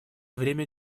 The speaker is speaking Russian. время